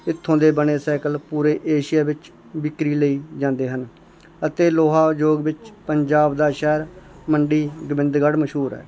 ਇੱਥੋਂ ਦੇ ਬਣੇ ਸੈਕਲ ਪੂਰੇ ਏਸ਼ੀਆ ਵਿੱਚ ਬਿਕਰੀ ਲਈ ਜਾਂਦੇ ਹਨ ਅਤੇ ਲੋਹਾ ਉਦਯੋਗ ਵਿੱਚ ਪੰਜਾਬ ਦਾ ਸ਼ਹਿਰ ਮੰਡੀ ਗੋਬਿੰਦਗੜ੍ਹ ਮਸ਼ਹੂਰ ਹੈ